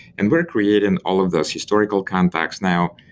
and we're creating all of those historical context now.